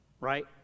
right